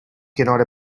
کنار